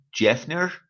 Jeffner